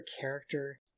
character